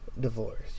divorce